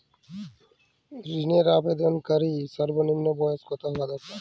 ঋণের আবেদনকারী সর্বনিন্ম বয়স কতো হওয়া দরকার?